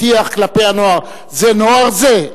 הטיח כלפי הנוער: זה נוער זה?